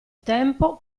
tempo